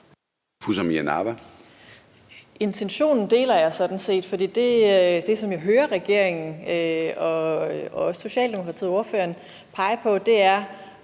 Intentionen deler jeg sådan set, for det, som jeg hører regeringen og også Socialdemokratiet, ordførerenpege på er,